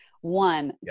One